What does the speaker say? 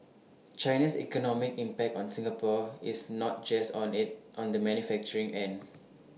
China's economic impact on Singapore is not just on in on the manufacturing end